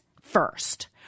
first